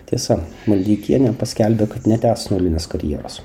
tiesa maldeikienė paskelbė kad netęs nulinės karjeros